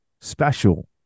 special